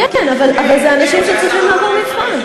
זה אותם אנשים עוברים שם.